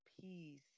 peace